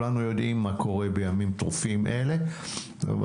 כולנו יודעים מה קורה בימים טרופים אלה אבל